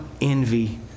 envy